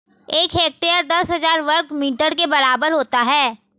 एक हेक्टेयर दस हज़ार वर्ग मीटर के बराबर होता है